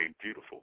beautiful